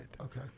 Okay